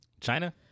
China